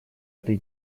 этой